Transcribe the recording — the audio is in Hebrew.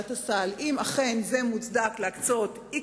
בוועדת הסל אם אכן זה מוצדק להקצות x